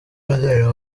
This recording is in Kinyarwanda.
bazareba